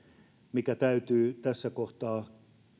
mikä täytyy tässä kohtaa